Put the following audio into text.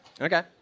Okay